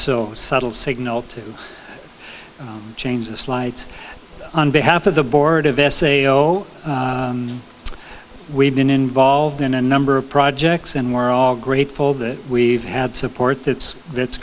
so subtle signal to change the slights on behalf of the board of s a zero we've been involved in a number of projects and we're all grateful that we've had support that's that's